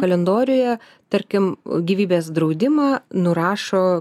kalendoriuje tarkim gyvybės draudimą nurašo